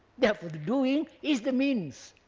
therefore the doing is the means.